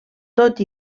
tot